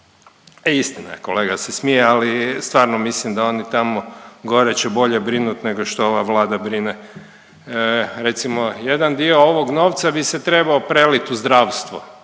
istina je. Kolega se smije ali stvarno mislim da oni tamo gore će bolje brinut nego što ova Vlada brine. Recimo jedan dio ovog novca bi se trebao prelit u zdravstvo